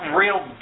real